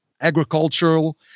agricultural